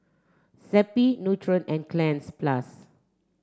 Zappy Nutren and Cleanz plus